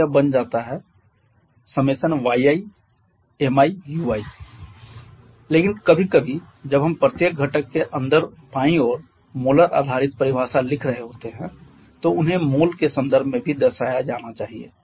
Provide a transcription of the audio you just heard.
तो यह बन जाता है i1kyi Mi ui लेकिन कभी कभी जब हम प्रत्येक घटक के अंदर बाईं ओर मोलर आधारित परिभाषा लिख रहे होते हैं तो उन्हें मोल के संदर्भ में भी दर्शाया जाना चाहिए